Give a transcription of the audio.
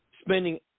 spending